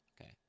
Okay